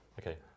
okay